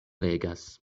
regas